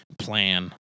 plan